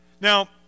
Now